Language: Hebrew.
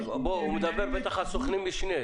בניגוד להוראות סעיף 22,